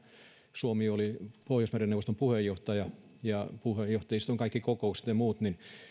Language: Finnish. suomi oli pohjoismaiden neuvoston puheenjohtaja ja puheenjohtajiston kaikki kokoukset ja muut